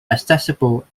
accessible